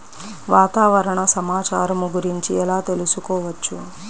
వాతావరణ సమాచారము గురించి ఎలా తెలుకుసుకోవచ్చు?